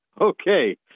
Okay